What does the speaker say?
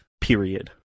period